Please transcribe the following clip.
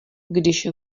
když